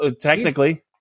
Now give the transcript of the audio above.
Technically